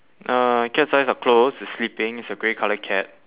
uh cat's eyes are closed it's sleeping it's a grey colour cat